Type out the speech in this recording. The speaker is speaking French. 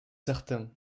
certain